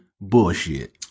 Bullshit